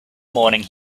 morning